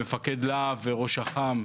מפקדי להב וראש אח״מ,